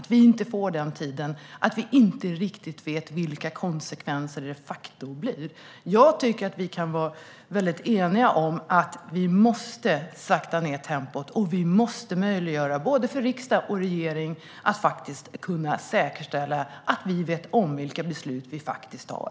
Vi får inte riktigt den tid vi behöver och vet inte riktigt vilka konsekvenser som det de facto blir. Jag tycker att vi kan vara eniga om att vi måste sakta ned tempot, och vi måste möjliggöra både för riksdag och regering att kunna säkerställa att vi vet vilka beslut vi faktiskt tar.